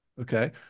Okay